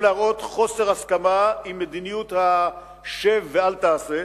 להראות חוסר הסכמה עם מדיניות ה"שב ואל תעשה"